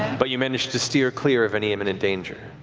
but you manage to steer clear of any imminent danger.